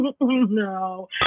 no